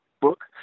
book